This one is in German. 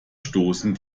stoßen